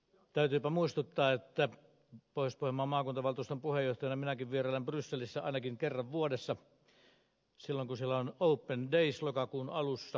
täytyypä muistuttaa että pohjois pohjanmaan maakuntavaltuuston puheenjohtajana minäkin vierailen brysselissä ainakin kerran vuodessa silloin kun siellä on open days lokakuun alussa